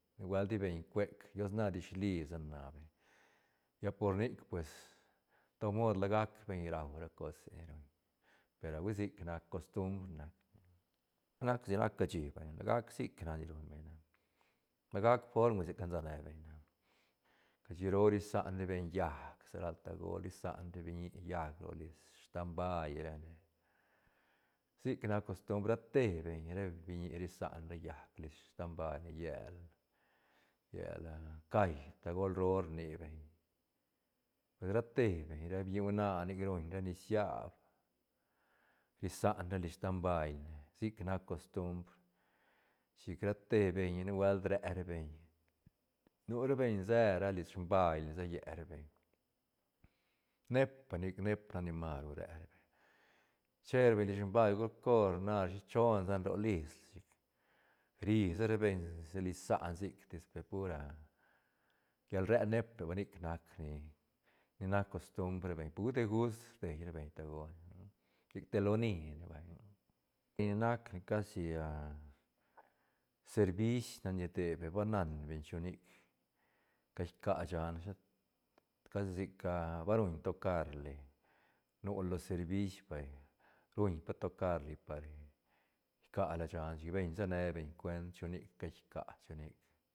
Nubuelt ti beñ cuec diosna dishli sane na beñ lla por nic pues todo mod la gac beñ rau ra cose ni ruñ per hui sic nac costumbr nac- nac sa nac cashi vay la gac sic nac ni ruñ beñ na lagac form cansane beñ na cashi roo ri san ra beñ llaäc sa ral tagol ri san ra biñi llaäc ro lis stam bail rane sic nac costumbr rate beñ ra biñi risan ra llaäc lis stam bailne llel- llel cai tagol roo rni beñ pues ra te beñ ra biñi huana nic ruñra nisiab ri sanra lis stam bailne sic nac costumbr chic rate beñ nubuelt re beñ nura beñ sera lis sbailne se lle ra beñ neep vay nic neep nac ni masru re ra beñ che ra beñ lis sbailne golcor narashi chonsane ro lisla chic ri sa ra beñ lis sane sic tis pur llal re neep nic nac ni- ni nac costumbr ra beñ pehui degust rdei ra beñ tagol sic te loni ne vay ni nac ne casi servis nac ni rdei beñ ba nan beñ chu nic cai ica shane shet casi sic ba ruñ tocarli nura lo servis vay ruñ pa tocar li par icala shan, chic beñ se ne beñ cuent chunic cai ca chunic.